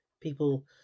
people